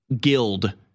guild